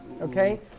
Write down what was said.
Okay